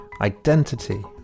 identity